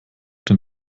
den